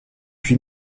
huit